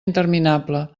interminable